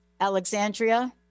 Alexandria